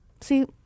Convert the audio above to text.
See